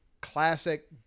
classic